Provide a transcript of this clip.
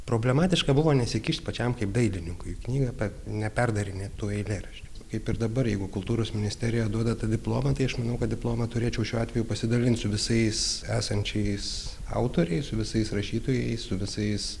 problematiška buvo nesikišt pačiam kaip dailininkui knygą kad neperdarinėt tų eilėraščių kaip ir dabar jeigu kultūros ministerija duoda tą diplomą tai aš manau kad diplomą turėčiau šiuo atveju pasidalint su visais esančiais autoriais su visais rašytojais su visais